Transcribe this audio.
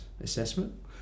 assessment